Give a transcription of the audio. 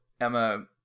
Emma